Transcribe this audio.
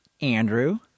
Andrew